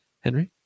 Henry